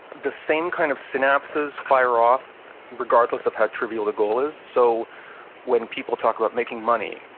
the same kind of synapses fire off regardless of how trivial the goal is. so when people talk about making money,